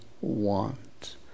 want